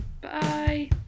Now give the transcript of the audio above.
Bye